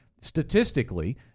statistically